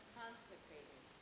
consecrated